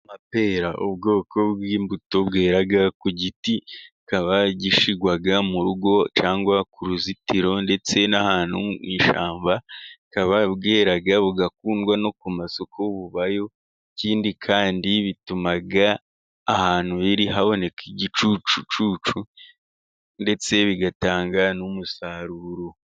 Amapera ubwoko bw'imbuto bwera ku giti kikaba gishyirwa mu rugo cyangwa ku ruzitiro, ndetse n'ahantu mu ishyamba bukaba bwera burakundwa no ku masoko bubayo. Ikindi kandi bituma ahantu buri haboneka igicucucucu, ndetse bigatanga n'umusaruro.